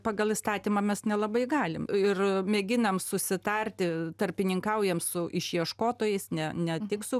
pagal įstatymą mes nelabai galim ir mėginam susitarti tarpininkaujam su išieškotojais ne ne tik su